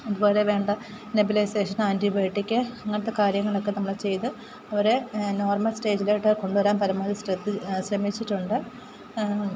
അതുപോലെ വേണ്ട നെബുലൈസേഷന് ആന്റിബയോട്ടിക് അങ്ങനത്തെ കാര്യങ്ങളൊക്കെ നമ്മൾ ചെയ്ത് അവരെ നോർമൽ സ്റ്റേജിലോട്ടു കൊണ്ടുവരാൻ പരമാവധി ശ്രദ്ധി ശ്രമിച്ചിട്ടുണ്ട്